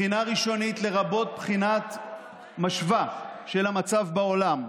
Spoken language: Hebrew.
בחינה ראשונית, לרבות בחינה משווה של המצב בעולם,